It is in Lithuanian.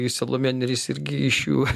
ir salomėja nėris irgi iš jų